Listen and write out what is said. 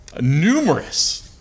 numerous